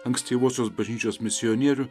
ankstyvosios bažnyčios misionierių